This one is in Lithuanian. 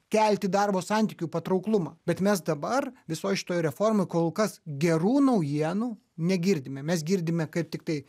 kelti darbo santykių patrauklumą bet mes dabar visoj šitoj formoj kol kas gerų naujienų negirdime mes girdime kaip tiktai